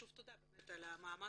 שוב, תודה על המאמץ